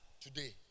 today